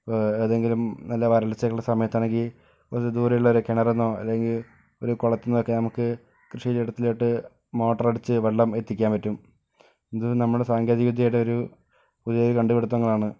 ഇപ്പം ഏതെങ്കിലും നല്ല വരൾച്ചകൾടെ സമയത്താണെങ്കിൽ കുറച്ച് ദൂരെ ഉള്ള ഒര് കിണറിൽനിന്നോ അല്ലെങ്കിൽ ഒരു കുളത്തിൽനിന്നോ ഒക്കെ നമക്ക് കൃഷി ഇടത്തിലോട്ട് മോട്ടർ അടിച്ച് വെള്ളം എത്തിക്കാൻ പറ്റും ഇതും നമ്മടെ സാങ്കേതിക വിദ്യയുടെ ഒരു പുതിയ കണ്ടുപിടിത്തങ്ങളാണ്